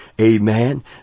amen